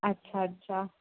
अच्छा अच्छा